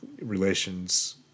relations